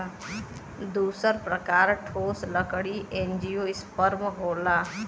दूसर प्रकार ठोस लकड़ी एंजियोस्पर्म होला